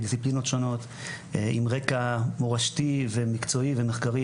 מדיסציפלינות שונות עם רקע מורשתי ומקצועי ומחקרי